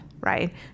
right